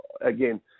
again